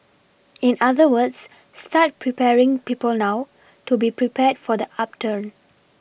in other words start preparing people now to be prepared for the upturn